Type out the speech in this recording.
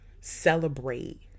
celebrate